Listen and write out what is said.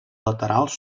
laterals